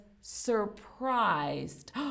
surprised